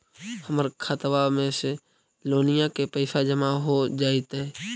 हमर खातबा में से लोनिया के पैसा जामा हो जैतय?